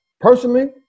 Personally